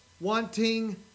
wanting